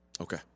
Okay